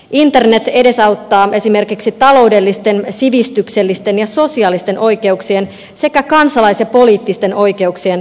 internet edesauttaa esimerkiksi taloudellisten sivistyksellisten ja sosiaalisten oikeuksien sekä kansalais ja poliittisten oikeuksien toteuttamista